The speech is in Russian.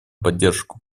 поддержку